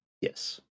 Yes